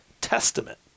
testament